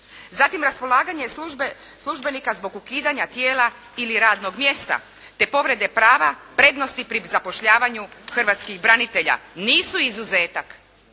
zatim raspolaganje službenika zbog ukidanja tijela ili radnog mjesta te povrede prava prednosti pri zapošljavanju hrvatskih branitelja. Nisu izuzetak